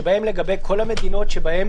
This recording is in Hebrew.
שבה לגבי כל המדינות שבהן